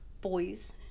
boys